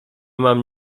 mam